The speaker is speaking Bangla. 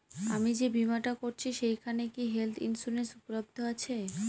আমি যে বীমাটা করছি সেইখানে কি হেল্থ ইন্সুরেন্স উপলব্ধ আছে?